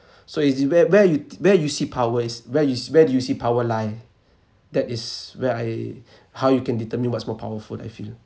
so is where where you where you see power is where is where do you see power lie that is where I how you can determine what's more powerful I feel